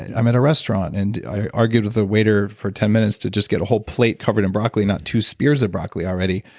i'm at a restaurant and i argued with the waiter for ten minutes to just get a whole plate covered in broccoli not two spears of broccoli already.